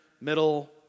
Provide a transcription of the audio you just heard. middle